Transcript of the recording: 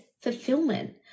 fulfillment